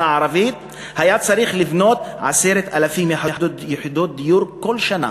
הערבית היה צריך לבנות 10,000 יחידות דיור בכל שנה.